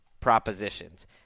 propositions